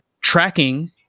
tracking